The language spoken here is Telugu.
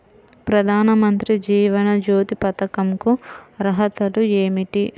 ప్రధాన మంత్రి జీవన జ్యోతి పథకంకు అర్హతలు ఏమిటి?